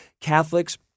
Catholics